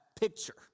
picture